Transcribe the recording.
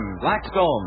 blackstone